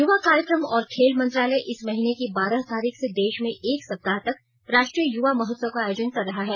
युवा कार्यकम और खेल मंत्रालय इस महीने की बारह तारीख से देश में एक सप्ताह तक राष्ट्रीय युवा महोत्सव का आयोजन कर रहा है